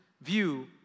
view